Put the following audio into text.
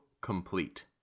complete